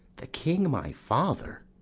the king my father!